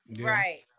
Right